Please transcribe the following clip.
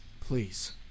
please